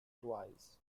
twice